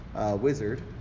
wizard